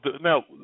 now